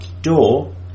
door